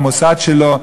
או המוסד שלו,